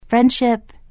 Friendship